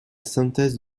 synthèse